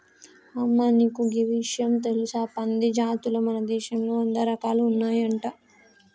అమ్మ నీకు గీ ఇషయం తెలుసా పంది జాతులు మన దేశంలో వంద రకాలు ఉన్నాయంట